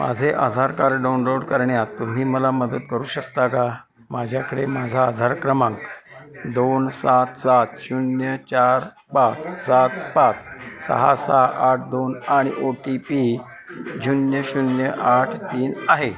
माझे Aadhaar card download करण्यात तुम्ही मला मदत करू शकता का माझ्याकडे माझा आधार क्रमांक दोन सात सात शून्य चार पाच सात पाच सहा सहा आठ दोन आणि ओ टी पी शून्य शून्य आठ तीन आहे